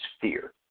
fear